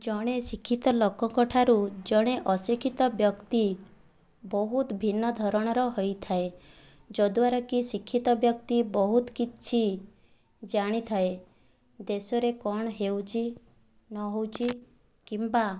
ଜଣେ ଶିକ୍ଷିତ ଲୋକଙ୍କଠାରୁ ଜଣେ ଅଶିକ୍ଷିତ ବ୍ୟକ୍ତି ବହୁତ ଭିନ୍ନ ଧରଣର ହୋଇଥାଏ ଯଦ୍ଵାରାକି ଶିକ୍ଷିତ ବ୍ୟକ୍ତି ବହୁତ କିଛି ଜାଣିଥାଏ ଦେଶରେ କ'ଣ ହେଉଛି ନ ହେଉଛି କିମ୍ବା